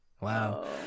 wow